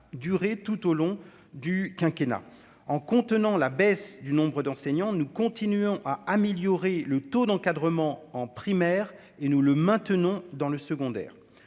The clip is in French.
durer tout au long du quinquennat en contenant la baisse du nombre d'enseignants, nous continuons à améliorer le taux d'encadrement en primaire et nous le maintenons dans le secondaire,